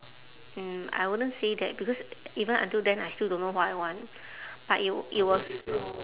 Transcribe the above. mm I wouldn't say that because even until then I still don't know what I want but it w~ it was